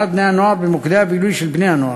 של בני-הנוער במוקדי הבילוי של בני-הנוער.